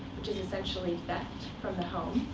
which is essentially theft from.